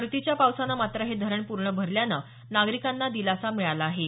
परतीच्या पावसानं मात्र हे धरण पूर्ण भरल्याचं नागरिकांना दिलासा मिळाला आहे